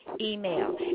email